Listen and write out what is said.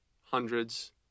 hundreds